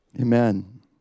Amen